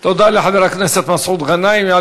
תודה לחבר הכנסת מסעוד גנאים.